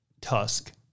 Tusk